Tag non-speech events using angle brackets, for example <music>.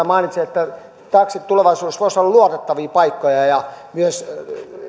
<unintelligible> mainitsi ovatko taksit tulevaisuudessa luotettavia paikkoja ja ja onko myös